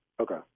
Okay